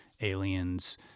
Aliens